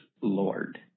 Lord